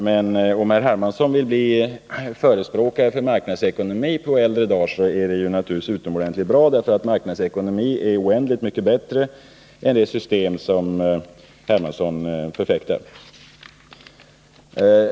Men om herr Hermansson på äldre dagar vill bli förespråkare för marknadsekonomi är det naturligtvis Nr 49 utomordentligt bra, för marknadsekonomi är oändligt mycket bättre än det system herr Hermansson förfäktar.